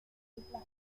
islas